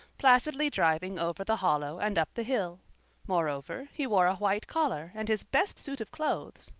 placidly driving over the hollow and up the hill moreover, he wore a white collar and his best suit of clothes,